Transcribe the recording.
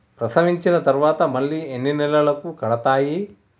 ప్రసవించిన తర్వాత మళ్ళీ ఎన్ని నెలలకు కడతాయి?